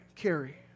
carry